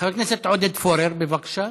חבר הכנסת עודד פורר, בבקשה.